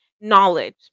knowledge